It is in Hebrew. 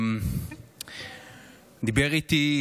דיבר איתי